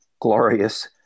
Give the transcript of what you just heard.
glorious